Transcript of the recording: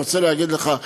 אני רוצה להגיד לך,